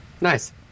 Nice